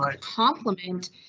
complement